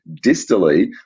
Distally